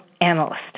analyst